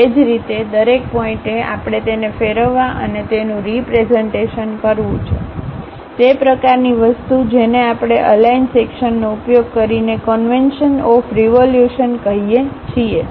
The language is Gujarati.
એ જ રીતે દરેક પોઇન્ટએ આપણે તેને ફેરવવા અને તેનું રીપ્રેઝન્ટેશન કરવું છે તે પ્રકારની વસ્તુ જેને આપણે આલાઈન સેક્શન નો ઉપયોગ કરીને કોનવેન્શન ઓફ રિવોલ્યુશન કહીએ છીએ